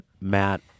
Matt